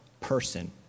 person